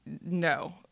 no